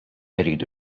jridu